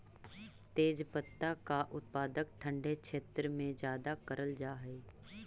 तेजपत्ता का उत्पादन ठंडे क्षेत्र में ज्यादा करल जा हई